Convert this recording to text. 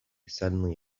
suddenly